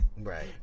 right